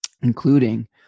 including